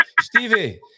Stevie